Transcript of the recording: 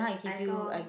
I saw